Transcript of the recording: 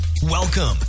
Welcome